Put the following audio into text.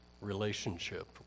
relationship